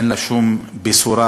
אין לה שום בשורה,